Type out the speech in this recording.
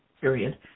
period